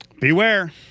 Beware